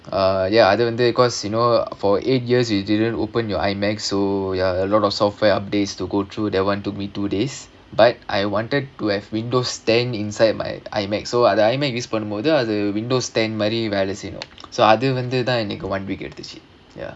uh ya அது வந்து:adhu vandhu because you know for eight years you didn't open your iMac so ya a lot of software updates to go through that one took me two days but I wanted to have windows ten inside my iMac so அது:adhu iMac use பண்ணும்போது:pannumpothu window ten மாதிரி வேல செய்யணும்:maadhiri vela seiyanum so அது வந்து:adhu vandhu one week எடுத்துச்சு:eduthuchu ya